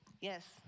Yes